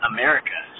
America